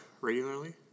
regularly